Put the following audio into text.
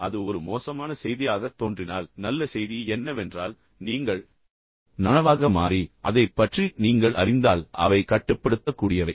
இப்போது அது ஒரு மோசமான செய்தியாகத் தோன்றினால் நல்ல செய்தி என்னவென்றால் ஆரம்பத்தில் சொன்னது போல் நீங்கள் நனவாக மாறி அதைப் பற்றி நீங்கள் அறிந்தால் அவை கட்டுப்படுத்தக்கூடியவை